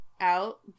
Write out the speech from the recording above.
out